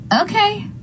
Okay